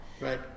Right